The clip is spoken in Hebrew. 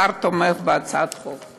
השר תומך בהצעת החוק.